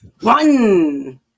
One